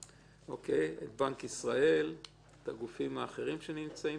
נברך גם את בנק ישראל והגיפים האחרים שנמצאים